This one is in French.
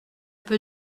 peu